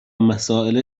مسائل